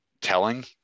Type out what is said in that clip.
telling